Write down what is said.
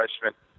freshman